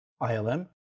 ILM